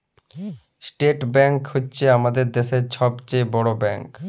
state bank হছে আমাদের দ্যাশের ছব চাঁয়ে বড় ব্যাংক